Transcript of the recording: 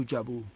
Jabu